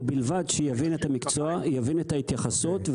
ובלבד שיבין את המקצוע, יבין את ההתייחסות.